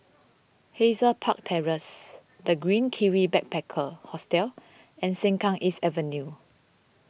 Hazel Park Terrace the Green Kiwi Backpacker Hostel and Sengkang East Avenue